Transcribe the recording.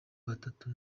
batatu